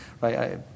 right